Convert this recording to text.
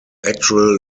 actual